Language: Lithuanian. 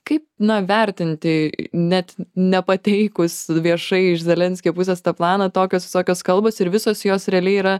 kaip na vertinti net nepateikus viešai iš zelenskio pusės tą planą tokios visokios kalbos ir visos jos realiai yra